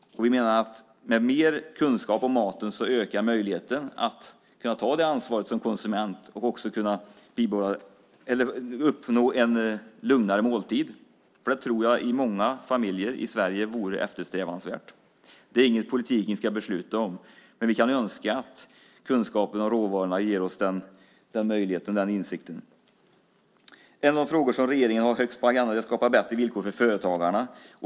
Vi menar att med mer kunskap om maten ökar möjligheten att ta det ansvaret som konsument och uppnå en lugnare måltid. Det tror jag vore eftersträvansvärt i många familjer i Sverige. Det är inget politiken ska besluta om, men vi kan önska att kunskapen om råvarorna ger oss den möjligheten och den insikten. En av de frågor som regeringen har högst på agendan är att skapa bättre villkor för företagarna.